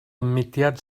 mudiad